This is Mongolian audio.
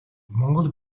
монгол